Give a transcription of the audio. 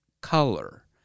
color